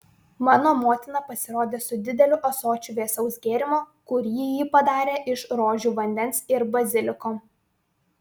mano motina pasirodė su dideliu ąsočiu vėsaus gėrimo kurį ji padarė iš rožių vandens ir baziliko